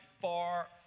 far